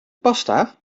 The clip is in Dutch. pasta